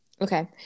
Okay